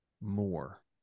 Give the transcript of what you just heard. more